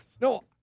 No